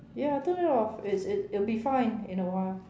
ya turn it off it's it's it'll be fine in a while